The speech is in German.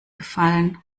gefallen